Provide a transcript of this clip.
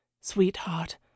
sweetheart